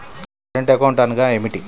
Current account అనగా ఏమిటి?